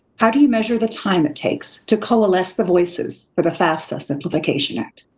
how do you measure the time it takes to coalesce the voices for the fafsa simplification act?